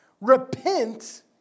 Repent